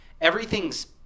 everything's